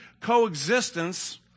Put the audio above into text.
coexistence